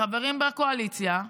חברים בקואליציה,